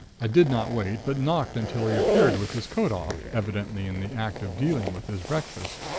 i did not wait, but knocked until he appeared with his coat off, evidently in the act of dealing with his breakfast.